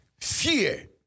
fear